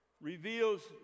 reveals